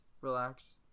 relax